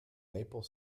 maple